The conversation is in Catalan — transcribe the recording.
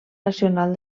nacional